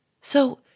So